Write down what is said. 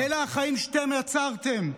אלה החיים שאתם יצרתם.